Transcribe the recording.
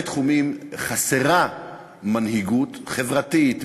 חסרה מנהיגות חברתית,